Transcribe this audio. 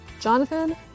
Jonathan